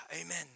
Amen